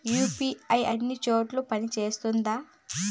UPI అన్ని చోట్ల పని సేస్తుందా?